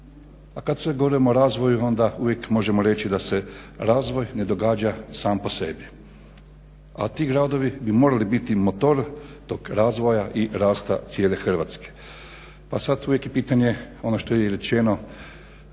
A kad govorimo o razvoju onda uvijek možemo reći da se razvoj ne događa sam po sebi. A ti gradovi bi morali biti motor tog razvoja i rasta cijele Hrvatske. Pa sad uvijek je pitanje ono što je i rečeno